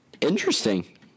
interesting